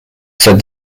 said